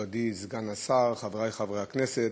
מכובדי סגן השר, חברי חברי הכנסת,